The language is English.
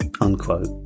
Unquote